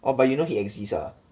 oh but you know he exist ah